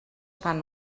fan